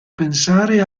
pensare